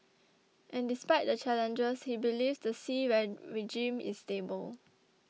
and despite the challenges he believes the Xi regime is stable